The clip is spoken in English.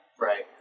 Right